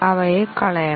അവരെ കളയണം